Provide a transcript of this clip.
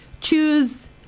choose